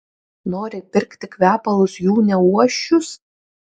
nori pirkti kvepalus jų neuosčius